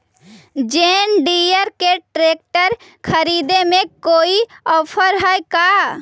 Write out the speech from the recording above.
जोन Deere के tractor खरिदे में कोई औफर है का?